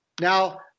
Now